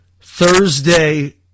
Thursday